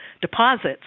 deposits